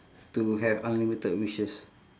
to have unlimited wishes